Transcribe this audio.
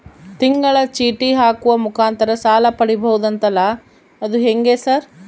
ತಿಂಗಳ ಚೇಟಿ ಹಾಕುವ ಮುಖಾಂತರ ಸಾಲ ಪಡಿಬಹುದಂತಲ ಅದು ಹೆಂಗ ಸರ್?